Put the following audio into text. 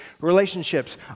relationships